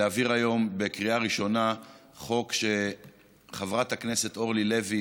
להעביר היום בקריאה ראשונה חוק שחברת הכנסת אורלי לוי